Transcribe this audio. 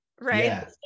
right